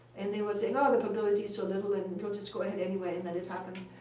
and they were saying, oh, the probability is so little, and and we'll just go ahead anyway. and then it happened.